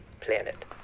planet